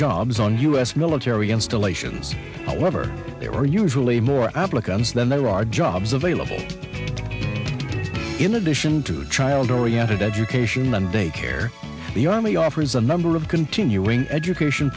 jobs on u s military installations however there are usually more applicants than there are jobs available in addition to child oriented education mandate care the army offers a number of continuing education